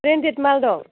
branded माल दं